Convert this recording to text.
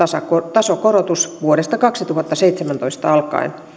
tasokorotus vuodesta kaksituhattaseitsemäntoista alkaen